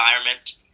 environment